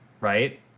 Right